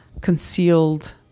concealed